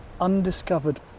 undiscovered